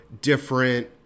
different